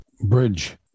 bridge